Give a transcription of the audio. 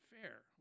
fair